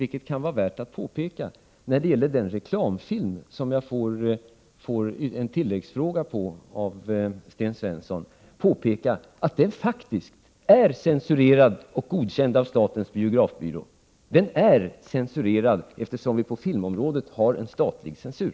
Låt mig bara när det gäller den reklamfilm som jag fick en tilläggsfråga om av Sten Svensson påpeka att den faktiskt är censurerad och godkänd av statens biografbyrå. Den är censurerad, eftersom vi på filmområdet har en statlig censur.